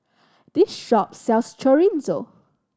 this shop sells Chorizo